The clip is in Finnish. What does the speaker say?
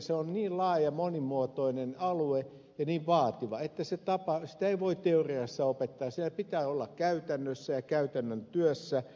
se on niin laaja ja monimuotoinen alue ja niin vaativa että sitä ei voi teoriassa opettaa vaan sen pitää tapahtua käytännössä ja käytännön työssä